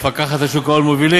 והמפקחת על שוק ההון מובילים.